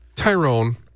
Tyrone